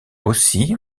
aussi